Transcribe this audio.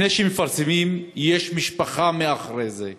לפני שמפרסמים, יש משפחה מאחורי זה,